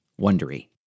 Wondery